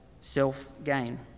self-gain